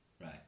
Right